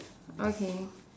okay